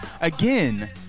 Again